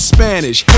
Spanish